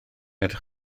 edrych